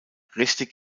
richtig